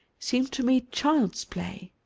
seemed to me child's play,